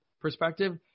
perspective